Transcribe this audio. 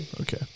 Okay